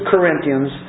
Corinthians